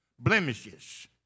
blemishes